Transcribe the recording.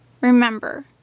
Remember